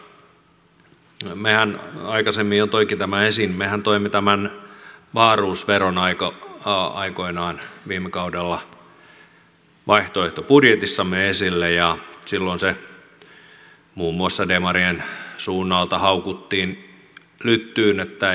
tästä veroasteesta puhuttaessa aikaisemmin jo toinkin tämän esiin että mehän toimme tämän wahlroos veron aikoinaan viime kaudella vaihtoehtobudjetissamme esille ja silloin se muun muassa demarien suunnalta haukuttiin lyttyyn että ei tuo toimi